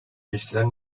ilişkiler